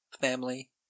family